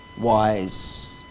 wise